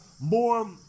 more